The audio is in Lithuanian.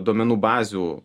duomenų bazių